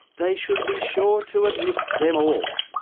they should be sure to admit them all,